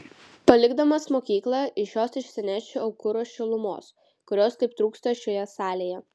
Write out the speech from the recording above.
palikdamas mokyklą iš jos išsinešiu aukuro šilumos kurios taip trūksta šioje salėje